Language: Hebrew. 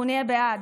אנחנו נהיה בעד.